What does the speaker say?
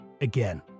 again